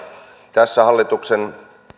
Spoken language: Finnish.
tässä hallituksen